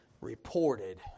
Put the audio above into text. reported